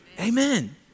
Amen